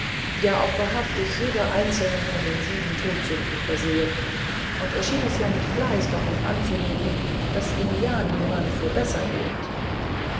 ja auch wahrhaftig jeder einzelnen von den sieben todsünden versehen und er schien es ja mit fleiß darauf anzulegen daß ihn ja niemand für besser hielt